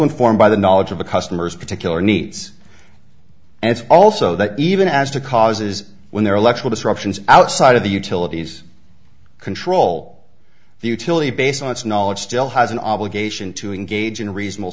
informed by the knowledge of the customer's particular needs and it's also that even as to causes when there are electoral disruptions outside of the utilities control the utility based on its knowledge still has an obligation to engage in reasonable